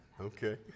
okay